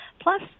Plus